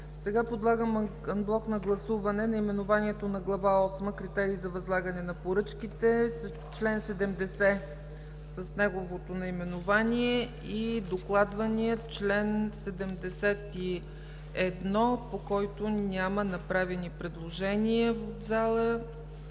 Подлагам анблок на гласуване наименованието на Глава осма „Критерии за възлагане на поръчките”, чл. 70 с неговото наименование и докладвания чл. 71, по който няма направени предложения и